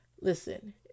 Listen